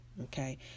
Okay